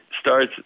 starts